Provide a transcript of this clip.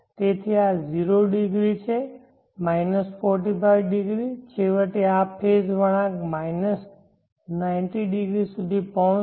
તેથી આ 0 ° છે 45 ° છેવટે આ ફેઝ વળાંક 90 ° સુધી પહોંચશે